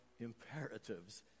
imperatives